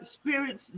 spirits